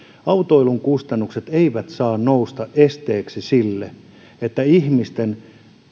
autoilun kustannukset eivät saa nousta esteeksi niin että ihmisten